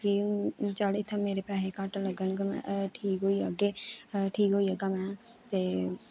कि चल इत्थै मेरे पैहे घट्ट लगङन कन्नै ठीक होई जाहगे ठीक होई जाहगा में ते